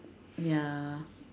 ya